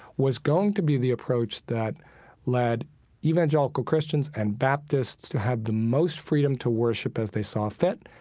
was going to be the approach that led evangelical christians and baptists to have the most freedom to worship as they saw fit.